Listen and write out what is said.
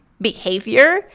behavior